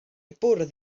bwrdd